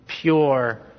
pure